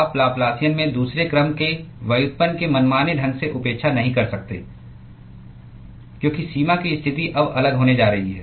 आप लाप्लासियन में दूसरे क्रम के व्युत्पन्न की मनमाने ढंग से उपेक्षा नहीं कर सकते क्योंकि सीमा की स्थिति अब अलग होने जा रही है